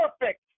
perfect